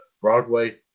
Broadway